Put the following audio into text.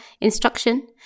instruction